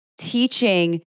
teaching